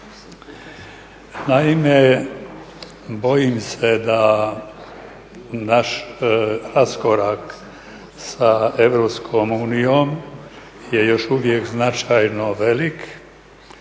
Naime, bojim se da naš raskorak sa EU je još uvijek značajno velik